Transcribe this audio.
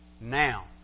now